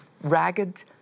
ragged